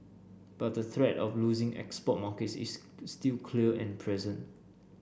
but the threat of losing export markets is still clear and present